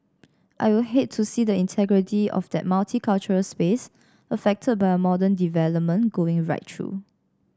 I will hate to see the integrity of that multicultural space affected by a modern development going right through